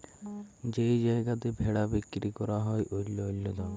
যেই জায়গাতে ভেড়া বিক্কিরি ক্যরা হ্যয় অল্য অল্য দামে